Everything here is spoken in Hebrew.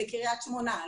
לקרית שמונה,